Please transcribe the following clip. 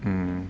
mm